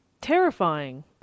terrifying